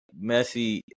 Messi